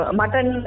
mutton